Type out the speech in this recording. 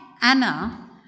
Anna